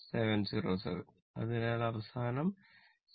707 അതിനാൽഅവസാനം 7